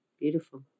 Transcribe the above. Beautiful